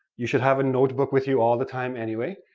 you should have a notebook with you all the time anyway,